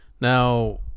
Now